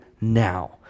now